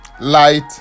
light